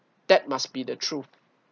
that must be the truth